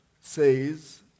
says